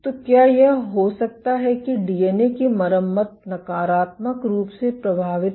तो क्या यह हो सकता है कि डीएनए की मरम्मत नकारात्मक रूप से प्रभावित हो